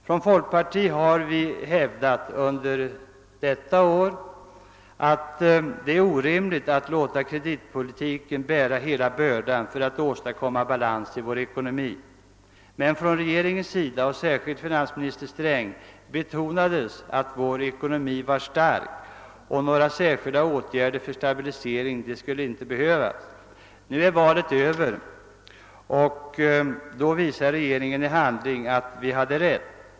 Från folkpartiet hävdade vi i våras att det var orimligt att låta kreditpolitiken bära hela bördan för att åstadkomma balans i vår ekonomi, medan regeringen, och särskilt finansminister Sträng, betonade att vår ekonomi var stark och att några särskilda åtgärder för stabilisering inte behövdes. Nu är valet över, och då visar regeringen i handling att vi hade rätt.